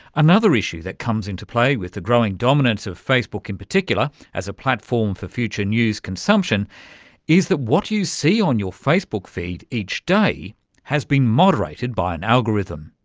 another issue that comes into play with the growing dominance of facebook in particular as a platform for future news consumption is that what you see on your facebook feed each day has been moderated by an algorithm.